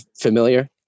familiar